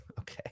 okay